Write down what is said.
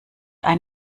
ein